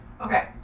Okay